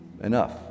enough